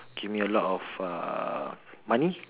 give me a lot of uh money